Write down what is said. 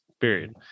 period